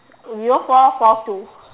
zero four four two